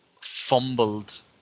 fumbled